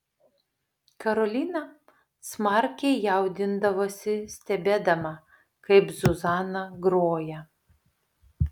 karolina smarkiai jaudindavosi stebėdama kaip zuzana groja